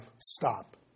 stop